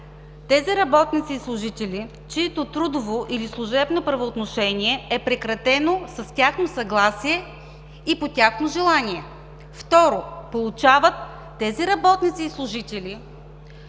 тези работници и служители, чието трудово или служебно правоотношение е прекратено с тяхно съгласие и по тяхно желание. Второ, получават работници и служители,